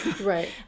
Right